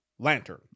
lantern